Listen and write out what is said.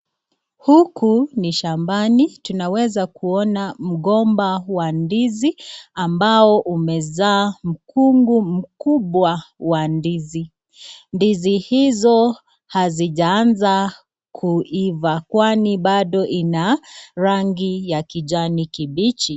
Huku ni shambani, tunaweza kuona mgomba wa ndizi, ambao umezaa mkungu mkubwa wa ndizi, ndizi hizi hazijaanza kuiva kwani bado ina rangi ya kijani kibichi.